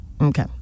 Okay